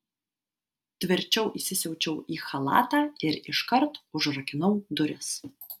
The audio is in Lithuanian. tvirčiau įsisiaučiau į chalatą ir iškart užrakinau duris